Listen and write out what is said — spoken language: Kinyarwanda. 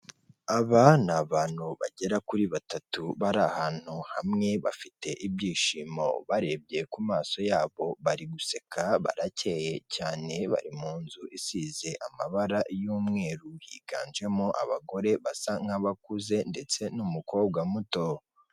Aba ni abantu bagera kuri batatu, bari ahantu hamwe bafite ibyishimo ubarebye ku maso yabo bari guseka baracye cyane, bari mu nzu isize amabara y'umweru higanjemo abagore basa nk'abakuze ndetse n'umukobwa muto.